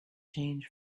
change